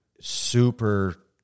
super